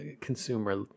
consumer